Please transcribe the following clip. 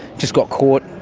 just got caught,